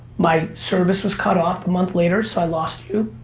my service was cut off a month later so i lost you,